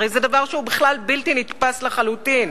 הרי זה דבר שהוא בכלל בלתי נתפס לחלוטין.